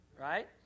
right